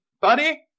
buddy